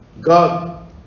God